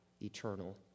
eternal